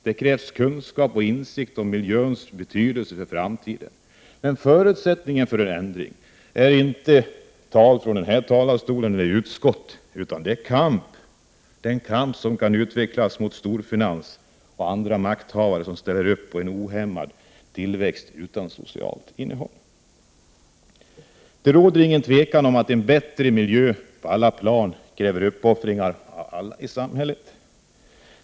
Det krävs kunskap och insikt om miljöns betydelse för framtiden. Men förutsättningen för en ändring är inte tal från den här talarstolen eller i utskotten, utan den kamp som kan utvecklas mot storfinans och andra makthavare som ställer upp på en ohämmad tillväxt utan socialt innehåll. Det råder inget tvivel om att en bättre miljö på alla plan kräver uppoffringar av alla i samhället.